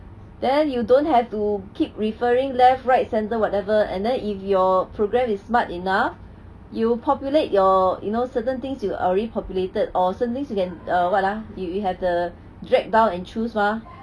then you don't have to keep referring left right center whatever and then if your program is smart enough you populate your you know certain things you already populated or certain things you can err what ah you have the dragged down and choose mah